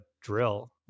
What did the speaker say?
drill